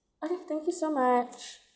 okay thank you so much